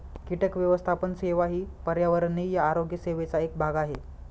कीटक व्यवस्थापन सेवा ही पर्यावरणीय आरोग्य सेवेचा एक भाग आहे